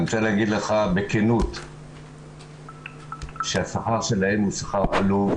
אני רוצה להגיד לך בכנות שהשכר שלהם הוא שכר עלוב,